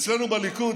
ואצלנו בליכוד,